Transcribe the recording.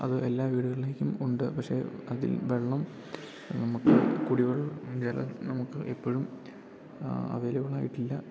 അത് എല്ലാ വീടുകളിലേക്കും ഉണ്ട് പക്ഷെ അതിൽ വെള്ളം നമുക്ക് കുടിവൾ ജെല നമുക്ക് എപ്പഴും അവൈലബിളായിട്ടില്ല